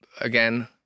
again